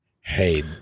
hey